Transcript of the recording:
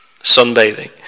sunbathing